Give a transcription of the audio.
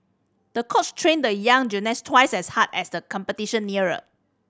the coach trained the young gymnast twice as hard as the competition neared